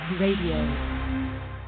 Radio